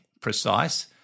precise